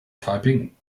taiping